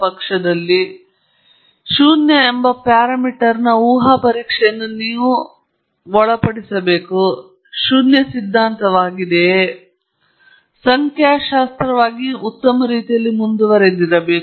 ಆದ್ದರಿಂದ ಶೂನ್ಯ ಎಂಬ ಪ್ಯಾರಾಮೀಟರ್ನ ಊಹಾ ಪರೀಕ್ಷೆಯನ್ನು ನೀವು ಒಳಪಡಿಸಬೇಕು ಅದು ಶೂನ್ಯ ಸಿದ್ಧಾಂತವಾಗಿದೆ ಮತ್ತು ನಂತರ ಸಂಖ್ಯಾಶಾಸ್ತ್ರೀಯವಾಗಿ ಉತ್ತಮ ರೀತಿಯಲ್ಲಿ ಮುಂದುವರಿಯಿರಿ